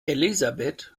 elisabeth